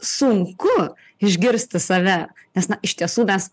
sunku išgirsti save nes na iš tiesų mes